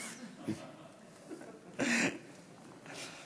באולימפוס